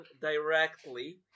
directly